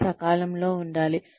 ఇది సకాలంలో ఉండాలి